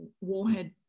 warhead